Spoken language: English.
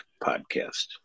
podcast